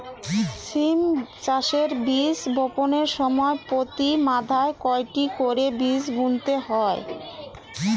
সিম চাষে বীজ বপনের সময় প্রতি মাদায় কয়টি করে বীজ বুনতে হয়?